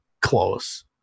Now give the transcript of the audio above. close